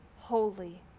holy